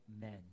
men